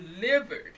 delivered